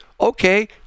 Okay